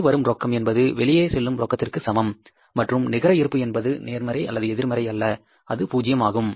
உள்ளே வரும் ரொக்கம் என்பது வெளியே செல்லும் ரொக்கத்திற்கு சமம் மற்றும் நிகர இருப்பு என்பது நேர்மறை அல்லது எதிர்மறை அல்ல அது பூஜ்ஜியமாகும்